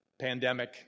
pandemic